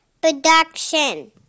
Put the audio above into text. production